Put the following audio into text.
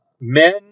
men